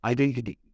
Identity